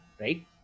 right